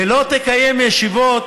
ולא תקיים ישיבות